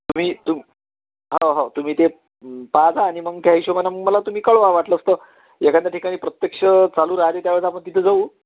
तुम्ही तुम हो हो तुम्ही ते पाहा जा आणि मग त्या हिशोबानं मला तुम्ही कळवा वाटलंस तर एखाद्या ठिकाणी प्रत्यक्ष चालू राहते त्या वेळेस आपण तिथं जाऊ